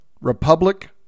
Republic